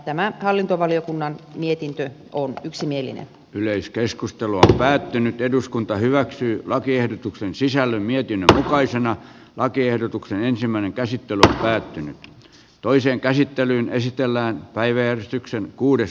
tämä hallintovaliokunnan mietintö on yksimielinen yleiskeskustelu on päättynyt eduskunta hyväksyi lakiehdotuksen sisällön mietin kaukaisen lakiehdotuksen ensimmäinen käsittely päättynyt toiseen käsittelyyn esitellään päiväjärjestykseen kuudes